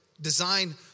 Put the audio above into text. design